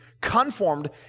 conformed